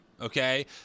Okay